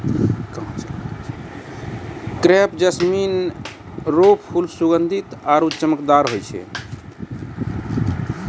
crepe jasmine रो फूल सुगंधीत आरु चमकदार होय छै